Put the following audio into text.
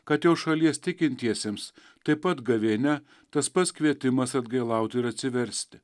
kad jo šalies tikintiesiems taip pat gavėnia tas pats kvietimas atgailaut ir atsiversti